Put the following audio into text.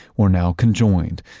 were now conjoined,